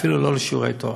אפילו לא לשיעורי תורה.